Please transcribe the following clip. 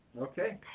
Okay